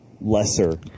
lesser